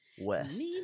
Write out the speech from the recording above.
West